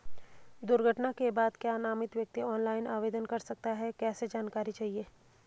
दुर्घटना के बाद क्या नामित व्यक्ति ऑनलाइन आवेदन कर सकता है कैसे जानकारी चाहिए?